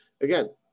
again